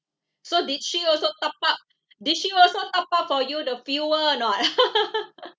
so did she also top up did she also top up for you the fuel or not